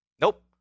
Nope